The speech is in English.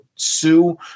sue